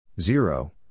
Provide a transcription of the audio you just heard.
zero